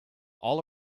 all